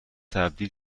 تبدیل